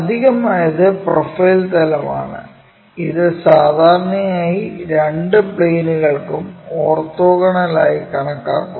അധികമായത് profile തലം ആണ് ഇത് സാധാരണയായി രണ്ട് പ്ലെയിനുകൾക്കും ഓർത്തോഗണൽ ആയി കണക്കാക്കുന്നു